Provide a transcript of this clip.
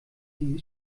sie